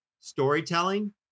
storytelling